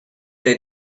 they